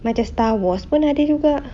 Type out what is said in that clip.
macam star wars pun ada juga